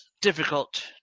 Difficult